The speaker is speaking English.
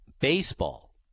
Baseball